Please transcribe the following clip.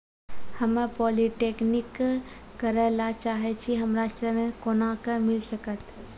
हम्मे पॉलीटेक्निक करे ला चाहे छी हमरा ऋण कोना के मिल सकत?